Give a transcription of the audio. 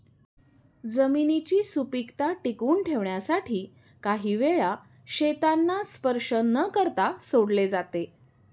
जमिनीची सुपीकता टिकवून ठेवण्यासाठी काही वेळा शेतांना स्पर्श न करता सोडले जाते